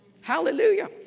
Hallelujah